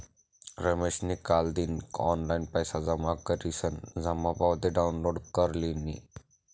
रमेशनी कालदिन ऑनलाईन पैसा जमा करीसन जमा पावती डाउनलोड कर लिनी